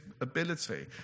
ability